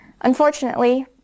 Unfortunately